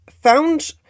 found